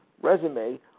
resume